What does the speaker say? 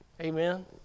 Amen